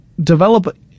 develop